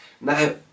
Now